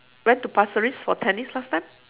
went to pasir ris for tennis last time